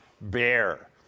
bear